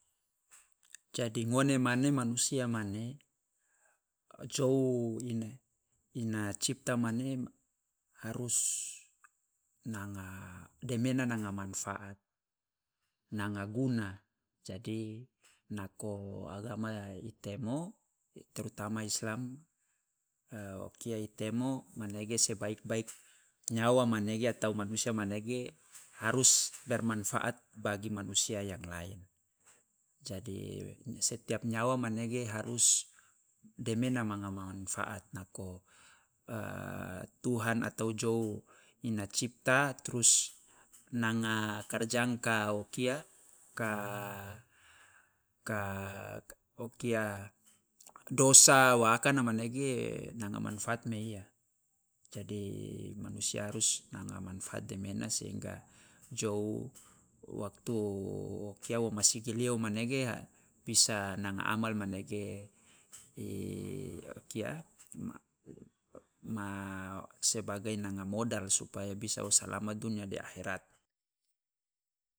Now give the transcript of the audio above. Jadi ngone mane manusia mane jou ina cipta mane harus nanga demena nanga manfaat, nanga guna. Jadi nako agama i temo terutama islam o kia i temo manege sebaik baik nyawa atau manusia manege harus bermanfaat bagi manusia yang lain. Jadi setiap nyawa manege harus demena manga manfaat, nako tuhan atau jou ina cipta trus nanga karjangkau kia doka kia dosa wa akana manege nanga manfaat meiya jadi manusia harus nanga manfaat demena sehinga jou waktu o kia masigilio manege bisa nanga amal manege o kia ma sebagai nanga modal supaya bisa wo salamat dunia de akhirat.